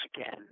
again